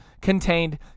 contained